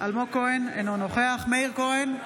אלמוג כהן, אינו נוכח מאיר כהן,